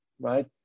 right